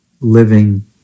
Living